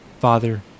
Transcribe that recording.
Father